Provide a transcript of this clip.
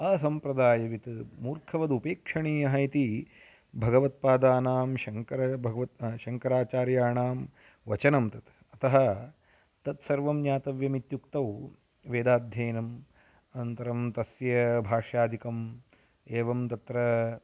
असम्प्रदायवित् मूर्खवदुपेक्षणीयः इति भगवत्पादानां शङ्करभगवत् शङ्कराचार्याणां वचनं तत् अतः तत् सर्वं ज्ञातव्यमित्युक्तौ वेदाध्ययनम् अनन्तरं तस्य भाष्यादिकम् एवं तत्र